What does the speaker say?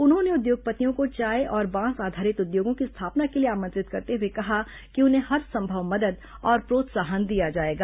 उन्होंने उद्योगपतियों को चाय और बांस आधारित उद्योगों की स्थापना के लिए आमंत्रित करते हुए कहा कि उन्हें हरसंभव मदद और प्रोत्साहन दिया जाएगा